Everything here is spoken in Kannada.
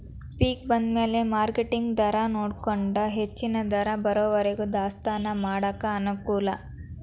ಪಿಕ್ ಬಂದಮ್ಯಾಲ ಮಾರ್ಕೆಟ್ ದರಾನೊಡಕೊಂಡ ಹೆಚ್ಚನ ದರ ಬರುವರಿಗೂ ದಾಸ್ತಾನಾ ಮಾಡಾಕ ಅನಕೂಲ